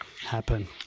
happen